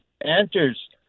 answers